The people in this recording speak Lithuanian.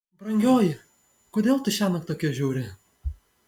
brangioji kodėl tu šiąnakt tokia žiauri